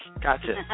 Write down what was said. Gotcha